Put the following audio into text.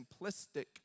simplistic